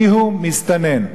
מיהו מסתנן?